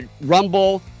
Rumble